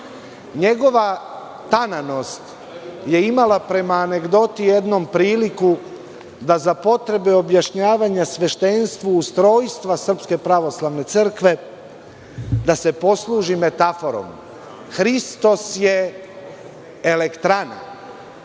Njegova tananost je imala prema anegdoti jednom priliku da za potrebe objašnjavanja sveštenstvu ustrojstva Srpske pravoslavne crkve, da se poslužim metaforom, Hristos je elektrana,